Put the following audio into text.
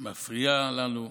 מפריעה לנו.